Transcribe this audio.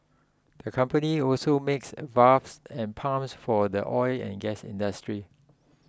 the company also makes valves and pumps for the oil and gas industry